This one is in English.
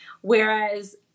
whereas